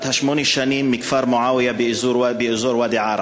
בת שמונה שנים, מהכפר מועאוויה באזור ואדי-עארה.